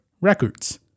records